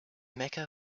mecca